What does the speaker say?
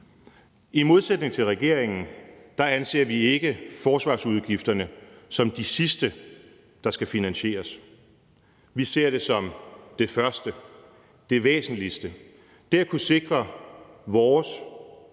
I modsætning til regeringen anser vi ikke forsvarsudgifterne som de sidste, der skal finansieres. Vi ser det som det første, det væsentligste. Det at kunne sikre vores,